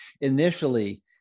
initially